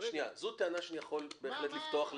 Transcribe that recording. זו טענה שאני בהחלט יכול לפתוח לדיון.